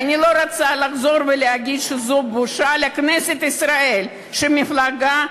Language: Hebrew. ואני לא רוצה לחזור ולהגיד שזו בושה לכנסת ישראל שמפלגה,